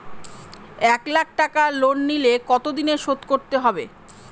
এক লাখ টাকা লোন নিলে কতদিনে শোধ করতে হবে?